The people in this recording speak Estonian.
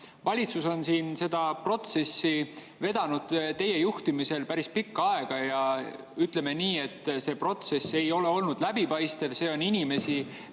Valitsus on seda protsessi vedanud teie juhtimisel päris pikka aega ja ütleme nii, et see protsess ei ole olnud läbipaistev. Inimesi